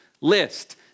list